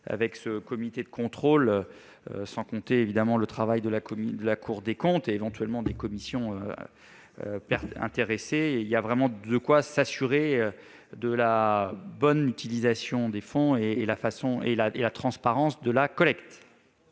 d'un comité de contrôle, mais aussi le travail de la Cour des comptes et, éventuellement, celui des commissions intéressées, il y a évidemment de quoi s'assurer de la bonne utilisation des fonds et de la transparence de la collecte.